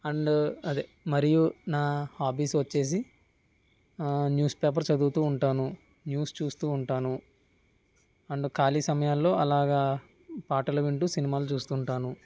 and అదే మరియు నా హాబీస్ వచ్చేసి న్యూస్ పేపర్ చదువుతూ ఉంటాను న్యూస్ చూస్తూ ఉంటాను అండ్ ఖాళీ సమయాల్లో అలాగా పాటలు వింటూ సినిమాలు చూస్తుంటాను